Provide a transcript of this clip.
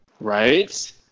Right